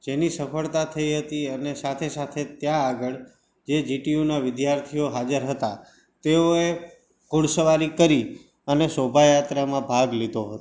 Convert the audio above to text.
જેની સફળતા થઇ હતી અને સાથે સાથે ત્યાં આગળ જે જી ટી યુના વિદ્યાર્થીઓ હાજર હતા તેઓએ ઘોડે સવારી કરી અને શોભાયાત્રામાં ભાગ લીધો હતો